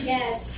Yes